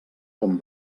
com